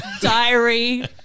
diary